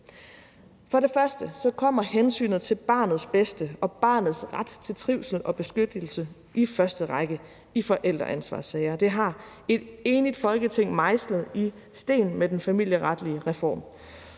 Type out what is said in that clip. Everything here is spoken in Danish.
og fremmest kommer hensynet til barnets bedste og barnets ret til trivsel og beskyttelse i første række i forældreansvarssager. Det har et enigt Folketing mejslet i sten med den familieretlige reform.